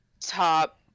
top